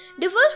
differs